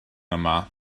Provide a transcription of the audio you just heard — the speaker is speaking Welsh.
yma